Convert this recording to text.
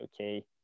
okay